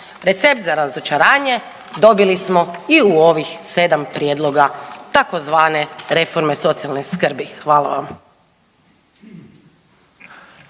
Recept za razočaranje dobili smo i u ovih 7 prijedloga tzv. reforme socijalne skrbi. Hvala vam.